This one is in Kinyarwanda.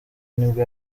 nibwo